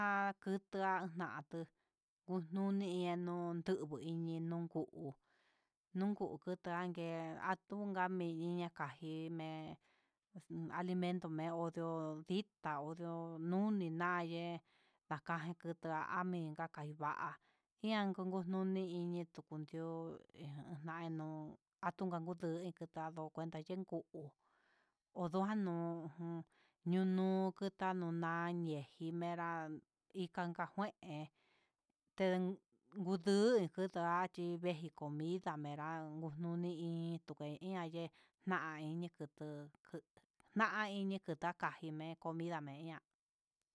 Akutu nanduu unuñemn enduu tu'ú, kudu iñenguu tuu, nunku tankee atunga miña kajime'e alimento me'e ondio'o ditá, ondio'o nuni na'a me'i kakaiva'a inka nuni kutu ndió en jandio atunjan kuten kutuxa'a do cuenta yuku'u oduano ya'ano cuenta yukutá, nonadié nijinirá ikan ngué ten nguduu nduá chi meji comida, amera noni iin ndumejiá ayee nan ini kutú kuu na'a ini kuta kanjime comida ndame'e ihá.